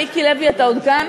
מיקי לוי, אתה עוד כאן?